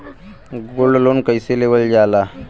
Gold loan कईसे लेवल जा ला?